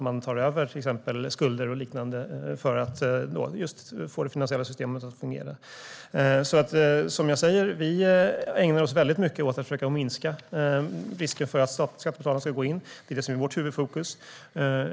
Man tar ju över skulder och liknande för att just få det finansiella systemet att fungera. Vi ägnar oss som sagt väldigt mycket åt att försöka minska risken för att skattebetalarna ska gå in. Det är vårt huvudfokus.